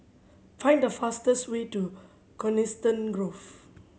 find the fastest way to Coniston Grove